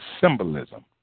symbolism